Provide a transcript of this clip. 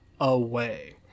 away